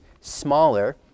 smaller